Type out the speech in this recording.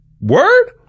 word